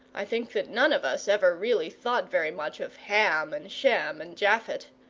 i think that none of us ever really thought very much of ham and shem and japhet.